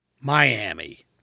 Miami